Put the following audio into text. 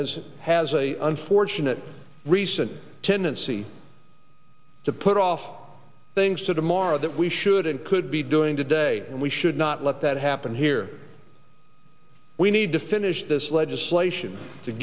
as it has a unfortunate recent tendency to put off things to morrow that we should and could be doing today and we should not let that happen here we need to finish this legislation to